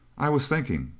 i was thinking.